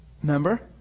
remember